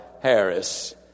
Harris